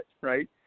right